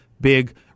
big